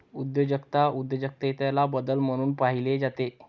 उद्योजकता उद्योजकतेला बदल म्हणून पाहिले जाते